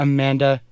Amanda